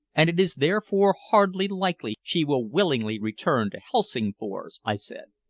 and it is therefore hardly likely she will willingly return to helsingfors, i said.